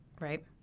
right